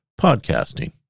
Podcasting